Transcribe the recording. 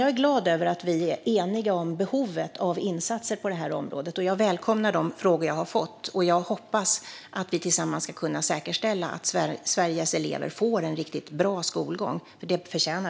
Jag är glad över att vi är eniga om behovet av insatser på detta område, och jag välkomnar de frågor som jag har fått. Jag hoppas att vi tillsammans ska kunna säkerställa att Sveriges elever får en riktigt bra skolgång, vilket de förtjänar.